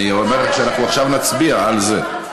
אני אומר שעכשיו אנחנו נצביע על זה.